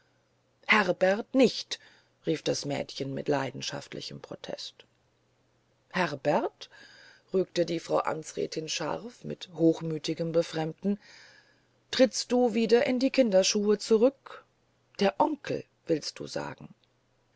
herbert nicht rief das junge mädchen mit leidenschaftlichem protest herbert rügte die frau amtsrätin scharf mit hochmütigem befremden trittst du wieder in die kinderschuhe zurück der onkel willst du sagen